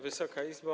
Wysoka Izbo!